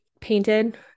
painted